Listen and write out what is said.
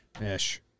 Ish